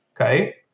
Okay